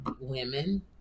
Women